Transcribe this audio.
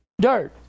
dirt